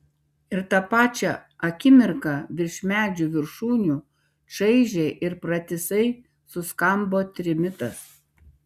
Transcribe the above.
ir tą pačią akimirką virš medžių viršūnių čaižiai ir pratisai suskambo trimitas